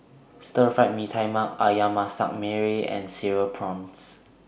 Stir Fry Mee Tai Mak Ayam Masak Merah and Cereal Prawns